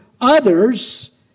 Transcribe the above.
others